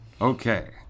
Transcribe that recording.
okay